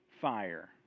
fire